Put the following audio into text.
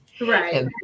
right